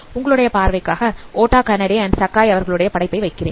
உங்களுடைய பார்வைக்காக ஓட்டா கனடே மற்றும் சகாய் அவர்களுடைய படைப்பை வைக்கிறேன்